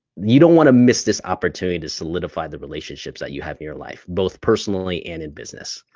you don't wanna miss this opportunity to solidify the relationships that you have in your life, both personally and in business.